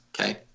Okay